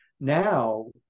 Now